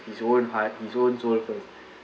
his own heart his own soul first